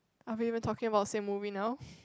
are we even talking about same movie now